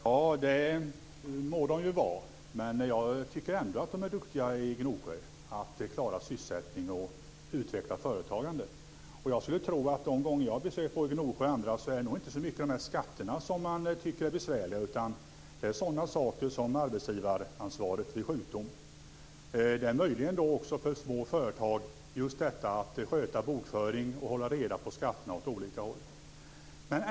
Fru talman! Det må de vara. Jag tycker ändå att de är duktiga i Gnosjö att klara sysselsättning och utveckla företagandet. Jag skulle tro att de gånger jag har besökt Gnosjö och andra orter är det inte så mycket skatterna som anses vara besvärliga utan det är sådant som arbetsgivaransvaret vid sjukdom. För småföretag kan det möjligen också vara sådant som att sköta bokföring och hålla reda på skatterna åt olika håll.